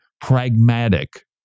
pragmatic